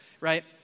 right